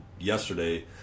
yesterday